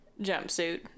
jumpsuit